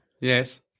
Yes